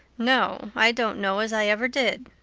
no, i don't know as i ever did,